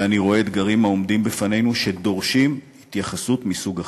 ואני רואה אתגרים העומדים בפנינו שדורשים התייחסות מסוג אחר.